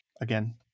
again